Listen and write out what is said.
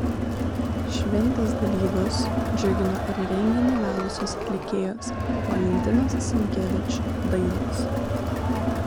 šventės dalyvius džiugino ir renginį vedusios atlikėjos valentinos sinkevič dainos